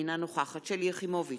אינה נוכחת שלי יחימוביץ'